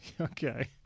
Okay